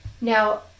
Now